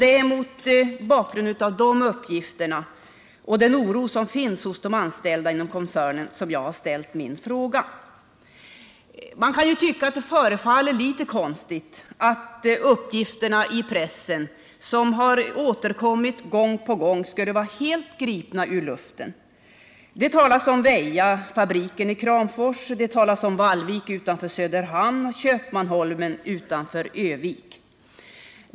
Det är mot bakgrund av dessa uppgifter och den oro som finns hos de anställda inom koncernen som jag har ställt min fråga. Det kan förefalla litet egendomligt att uppgifterna i pressen, som har återkommit gång på gång, skulle vara helt gripna ur luften. Det talas om Väjafabriken i Kramfors, Vallvik utanför Söderhamn och Köpmanholmen utanför Örnsköldsvik.